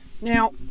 Now